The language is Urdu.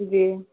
جی